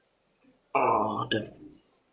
uh done